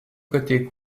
côté